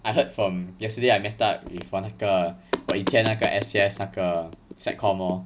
I heard from yesterday I met up with 我那个我以前那个 S_C_S 那个 side comm lor